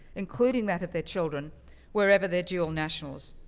including that of their children wherever they're dual nationals.